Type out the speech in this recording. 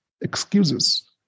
excuses